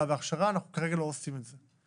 וההכשרה אבל כרגע אנחנו לא עושים את זה.